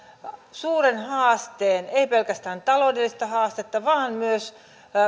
suuren haasteen ei pelkästään taloudellista haastetta vaan myös